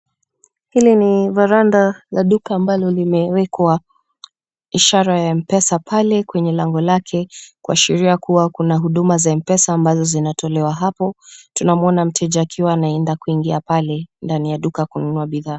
Hili ni verandah la duka ambalo limewekwa ishara ya mpesa pale kwenye lango lake kuashiria kuwa kuna huduma za mpesa ambazo zinatolewa hapo. Tunamwona mteja akiwa anaenda kuingia pale ndani ya duka kununua bidhaa.